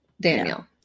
Daniel